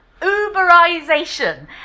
uberization